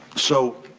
so,